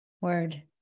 word